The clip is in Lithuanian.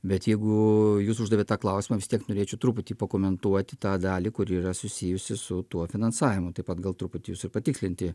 bet jeigu jūs uždavėt tą klausimą vis tiek norėčiau truputį pakomentuoti tą dalį kuri yra susijusi su tuo finansavimu taip pat gal truputį patikslinti